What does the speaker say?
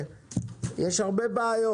יש הרבה בעיות.